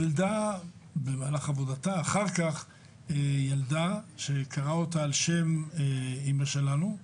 ילדה במהלך עבודתה, והיא קראה לה על שם אמא שלנו.